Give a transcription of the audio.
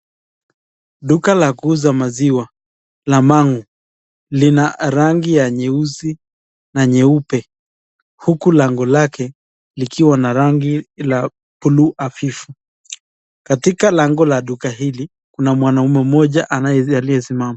Duka la kuuza maziwa, la mang'u. Lina rangi ya nyeusi na nyeupe, huku lango lake likiwa na rangi ya buluu hafifu. Katika lango la duka hili, kuna mwanaume mmoja aliyesimama.